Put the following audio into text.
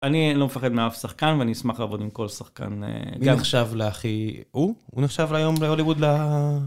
אני לא מפחד מאף שחקן ואני אשמח לעבוד עם כל שחקן. מי נחשב להכי, הוא? הוא נחשב היום בהוליווד לה...